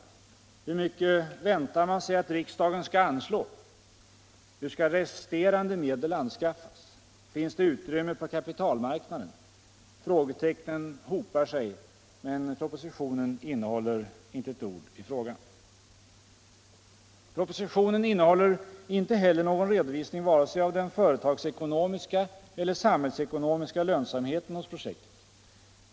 Hur mycket väntar man sig att riksdagen skall anslå? Hur skall resterande medel anskaffas? Finns det utrymme på kapitalmarknaden? Frågetecknen hopar sig - men propositionen innehåller inte ett ord i frågan. Propositionen innehåller inte heller någon redovisning vare sig av den företagsekonomiska eller av den samhällsekonomiska lönsamheten hos projektet.